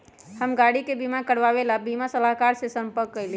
हम गाड़ी के बीमा करवावे ला बीमा सलाहकर से संपर्क कइली